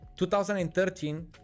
2013